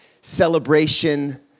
celebration